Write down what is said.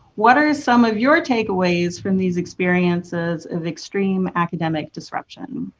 what are some of your takeaways from these experiences of extreme academic disruption?